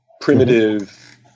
primitive